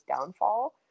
downfall